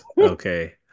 Okay